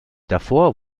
davor